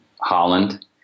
holland